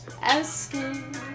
asking